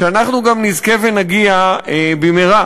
שאנחנו גם נזכה ונגיע במהרה